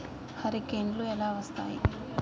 హరికేన్లు ఎలా వస్తాయి?